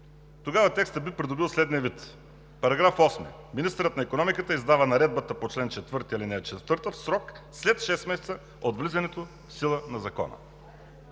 Тогава текстът би придобил следния вид: „§ 8. Министърът на икономиката издава наредбата по чл. 4, ал. 4 в срок след шест месеца от влизането в сила на Закона.“